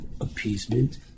appeasement